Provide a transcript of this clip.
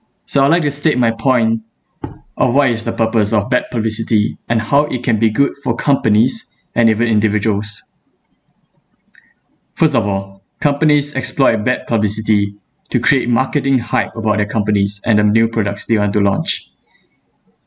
so I'll like to state my point of what is the purpose of bad publicity and how it can be good for companies and even individuals first of all companies exploit bad publicity to create marketing hype about their companies and their new products they want to launch